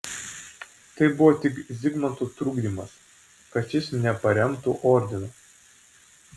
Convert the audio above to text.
tai buvo tik zigmanto trukdymas kad šis neparemtų ordino